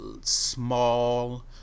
small